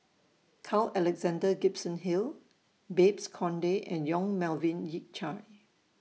Carl Alexander Gibson Hill Babes Conde and Yong Melvin Yik Chye